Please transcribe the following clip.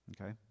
Okay